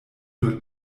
nur